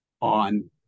on